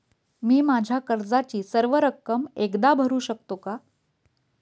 मी माझ्या कर्जाची सर्व रक्कम एकदा भरू शकतो का?